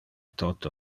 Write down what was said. toto